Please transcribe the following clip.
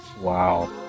Wow